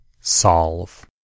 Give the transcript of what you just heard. Solve